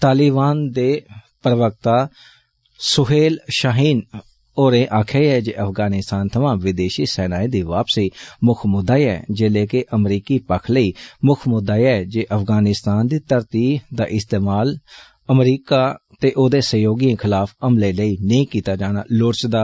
तालिबामन दे प्रवक्ता नै आक्खेआ ऐ जे अफगानिस्तान थमां विदेषी सेनाएं दी वापसी मुक्ख मुद्दा ऐ जेल्ले के अमरीकी पक्खी लेई मुक्ख मुद्दा एह ऐ जे अफगानिस्तान दी धरती दा इस्तेमाल अमरीका ते ओह्दे सहयोगियें खलाफ हमले लेई नेई कीता जाना लोड़चदा